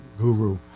guru